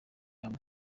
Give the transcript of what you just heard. hamwe